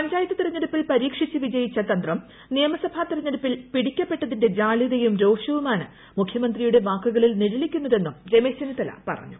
പഞ്ചായത്ത് തിരഞ്ഞെടുപ്പിൽ പരീക്ഷിച്ച് വിജയിച്ച തന്ത്രം നിയമസഭാ തിരഞ്ഞെടുപ്പിൽ പിടിക്കപ്പെട്ടതിന്റെ ജാള്യതയും രോഷവുമാണ് മുഖ്യമന്ത്രിയുടെ വാക്കുകളിൽ നിഴലിക്കുന്നതെന്നും രമേശ് ചെന്നിത്തല പറഞ്ഞു